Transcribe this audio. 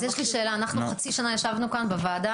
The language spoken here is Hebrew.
אז יש לי שאלה: אנחנו ישבנו חצי שנה כאן בוועדה,